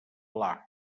pla